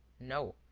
no.